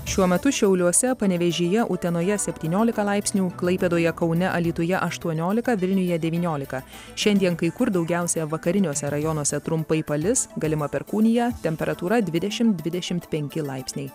šiuo metu šiauliuose panevėžyje utenoje septyniolika laipsnių klaipėdoje kaune alytuje aštuoniolika vilniuje devyniolika šiandien kai kur daugiausia vakariniuose rajonuose trumpai palis galima perkūnija temperatūra dvidešim dvidešimt penki laipsniai